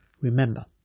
Remember